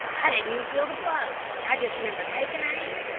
i didn't even feel the blow. i just remember taking aim,